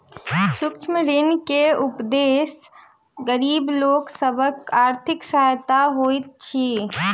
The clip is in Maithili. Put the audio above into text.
सूक्ष्म ऋण के उदेश्य गरीब लोक सभक आर्थिक सहायता होइत अछि